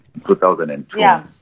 2002